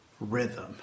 rhythm